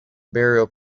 burial